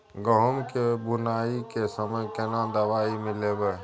गहूम के बुनाई के समय केना दवाई मिलैबे?